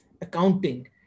accounting